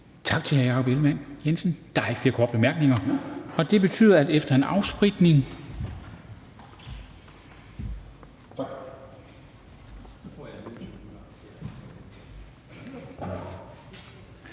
Tak til hr. Jakob Ellemann-Jensen. Der er ikke flere korte bemærkninger. Det betyder, at efter en afspritning